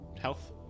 health